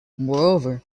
moreover